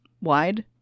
wide